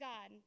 God